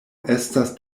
estas